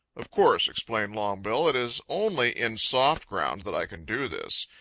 of course, explained longbill, it is only in soft ground that i can do this.